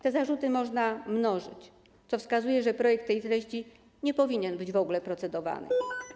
Te zarzuty można mnożyć, co wskazuje, że projekt tej treści nie powinien być w ogóle procedowany.